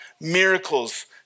miracles